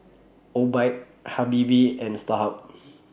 Obike Habibie and Starhub